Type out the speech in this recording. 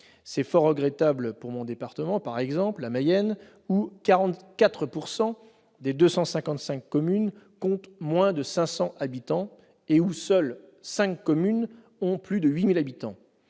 C'est fort regrettable, par exemple pour mon département, la Mayenne, où 44 % des 255 communes comptent moins de 500 habitants et où seules cinq communes ont plus de 8 000 habitants.